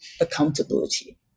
accountability